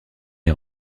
est